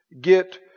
get